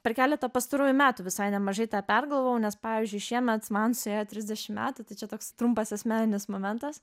per keletą pastarųjų metų visai nemažai tą pergalvojau nes pavyzdžiui šiemet man suėjo trisdešim metų tai čia toks trumpas asmeninis momentas